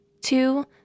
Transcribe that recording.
Two